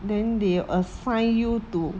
then they assign you to